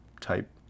type